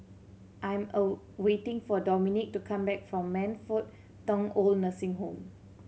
I'm a waiting for Dominick to come back from Man Fut Tong OId Nursing Home